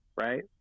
right